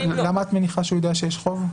למה את מניחה שהוא יודע שיש חוב?